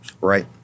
right